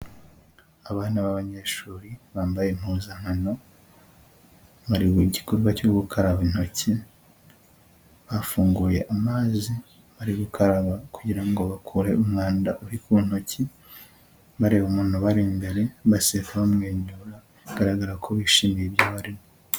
Abana b'abanyeshuri bambaye impuzankano bari mu gikorwa cyo gukaraba intoki, bafunguye amazi bari gukaraba kugira ngo bakure umwanda uri ku ntoki, bareba umuntu ubari imbere baseka, bamwenyura bigaragara ko bishimiye ibyo barimo.